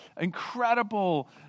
incredible